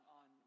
on